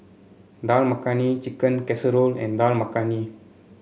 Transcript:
Dal Makhani Chicken Casserole and Dal Makhani